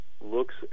looks